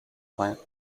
plant